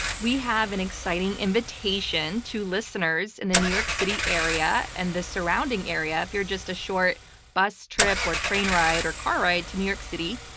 we have an exciting invitation to listeners in the new york city area, and the surrounding area if you're just a short bus trip or train ride or car ride to new york city.